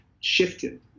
shifted